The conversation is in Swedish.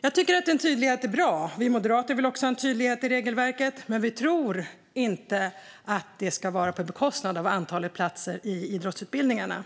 Jag tycker att tydlighet är bra. Vi moderater vill också ha en tydlighet i regelverket, men vi tror inte att det ska vara på bekostnad av antalet platser i idrottsutbildningarna.